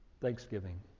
Thanksgiving